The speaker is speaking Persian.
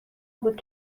بود